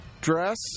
dress